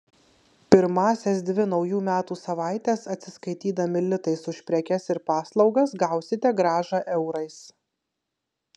pirmąsias dvi naujų metų savaites atsiskaitydami litais už prekes ir paslaugas gausite grąžą eurais